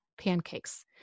pancakes